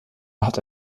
hatte